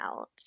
out